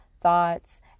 thoughts